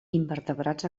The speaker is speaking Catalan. invertebrats